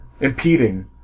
Impeding